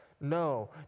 No